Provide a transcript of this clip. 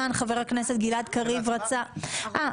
איזו בקרה זאת?